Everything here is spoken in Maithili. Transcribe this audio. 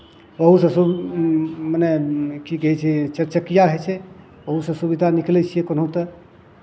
ओहूसँ सु मने की कहै छै चारि चकिआ होइ छै ओहूसँ सुविधा निकलै छियै कोनो तऽ